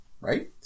right